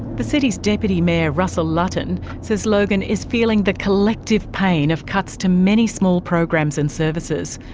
the city's deputy mayor russell lutton says logan is feeling the collective pain of cuts to many small programs and services,